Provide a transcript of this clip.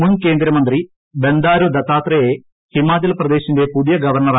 മുൻ കേന്ദ്രമന്ത്രി ബന്ദാരു ദത്താത്രേയേയാണ് ഹിമാചൽ പ്രദേശിന്റെ പുതിയ ഗവർണർ